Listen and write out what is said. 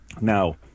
Now